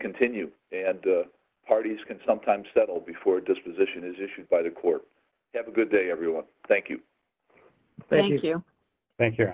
continue and the parties can sometimes settle before disposition is issued by the court have a good day everyone thank you thank you thank you